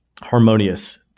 harmonious